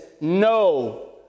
no